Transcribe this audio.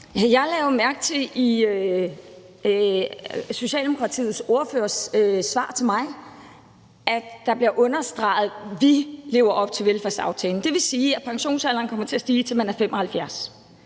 Jeg lagde jo mærke til, at det i Socialdemokratiets ordførers svar til mig bliver understreget: Vi lever op til velfærdsaftalen. Det vil sige, at pensionsalderen kommer til at stige, til man er 75